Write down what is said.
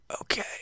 Okay